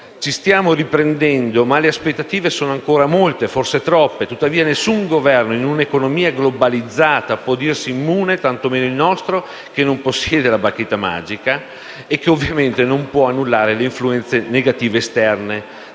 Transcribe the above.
Ci stiamo riprendendo, ma le aspettative sono ancora molte, forse troppe, tuttavia nessun Governo in un'economia globalizzata può dirsi immune, tantomeno il nostro che non possiede la bacchetta magica e che ovviamente non può annullare le influenze negative esterne.